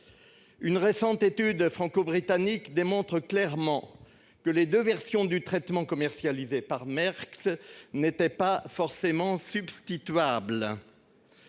Une récente étude franco-britannique démontre clairement que les deux versions du traitement commercialisé par l'entreprise Merck n'étaient pas forcément substituables.